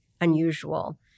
unusual